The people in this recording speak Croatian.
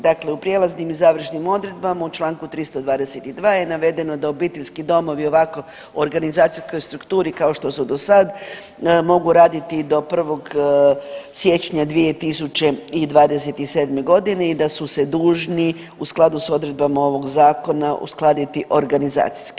Dakle, u prijelaznim i završnim odredbama u čl. 322. je navedeno da obiteljski domovi u ovakvoj organizacijskoj strukturi kao što su do sad mogu raditi do 1. siječnja 2027. g. i da su se dužni u skladu s odredbama ovog Zakona uskladiti organizacijski.